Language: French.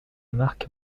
marque